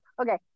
Okay